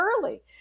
early